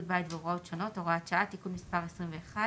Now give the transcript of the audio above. והוראות שונות) (הוראת שעה) (תיקון מס' 21),